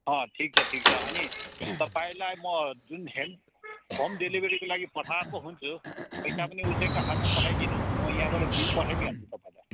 अँ ठिक छ ठिक छ अनि तपाईँलाई म जुन हेल्प होम डेलिभरीको लागि पठाएको हुन्छु पैसा पनि उसैको हातमा पठाइदिनु म यहाँबाट बिल पठाइदिई हाल्छु तपाईँलाई